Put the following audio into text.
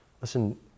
Listen